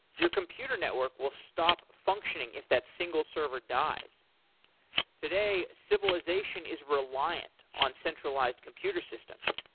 your computer network will stop functioning if that single server dies today, civilization is reliant on centralized computer systems,